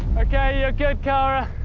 ok, you're good, cara.